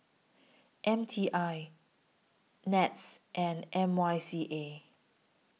M T I Nets and Y M C A